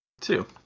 Two